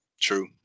True